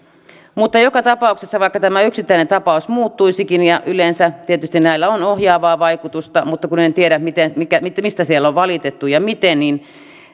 joka tapauksessa vaikka tämä yksittäinen tapaus muuttuisikin ja yleensä tietysti näillä on ohjaavaa vaikutusta mutta kun en en tiedä mistä siellä on valitettu ja miten niin